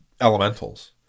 elementals